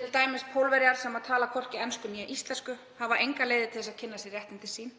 t.d. Pólverja sem tala hvorki ensku né íslensku og hafa engar leiðir til þess að kynna sér réttindi sín.